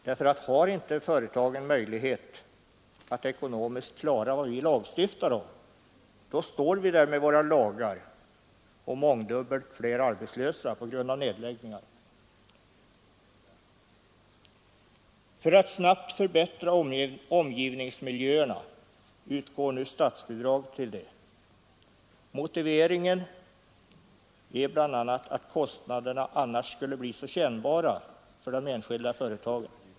Har företagen inte möjlighet att ekonomiskt klara vad vi lagstiftar om, står vi där med våra lagar och mångdubbelt fler arbetslösa på grund av nedläggningar. För att snabbt förbättra omgivningsmiljöerna utgår nu statsbidrag till detta. Motiveringen är bl.a. att kostnaderna annars skulle bli så kännbara för de enskilda företagen.